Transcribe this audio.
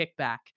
Kickback